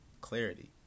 clarity